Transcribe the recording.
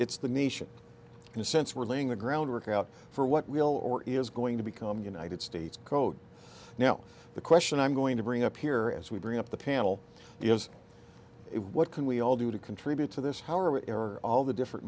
it's the nation in a sense we're laying the groundwork out for what will or is going to become united states code now the question i'm going to bring up here as we bring up the panel is what can we all do to contribute to this how are error all the different